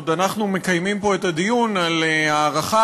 עוד אנחנו מקיימים פה את הדיון על הארכה